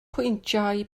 pwyntiau